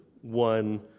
one